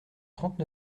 trente